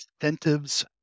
incentives